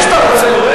איך שאתה רוצה.